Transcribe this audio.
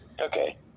Okay